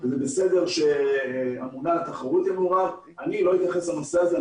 אני לא אתייחס לזה.